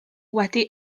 wedi